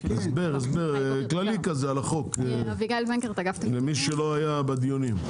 הסבר כללי כזה על החוק, למי שלא היה בדיונים.